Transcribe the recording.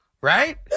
right